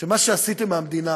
שמה שעשיתם מהמדינה